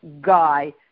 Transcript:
guy